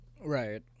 Right